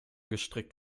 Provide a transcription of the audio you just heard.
gestrickt